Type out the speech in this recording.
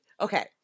Okay